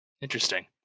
interesting